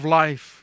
life